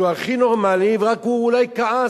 שהוא הכי נורמלי ורק הוא אולי כעס,